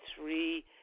three